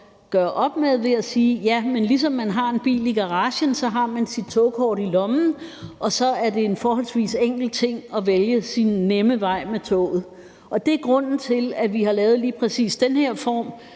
gøre op med ved at sige: Ja, men ligesom man har en bil i garagen, har man sit togkort i lommen, og så er det en forholdsvis enkel ting at vælge sin nemme vej med toget. Det er grunden til, at vi har lavet lige præcis den her form